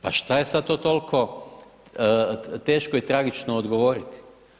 Pa šta je sad to toliko teško i tragično odgovoriti?